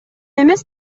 эмес